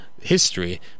history